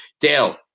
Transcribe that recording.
Dale